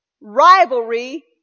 rivalry